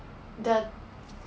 the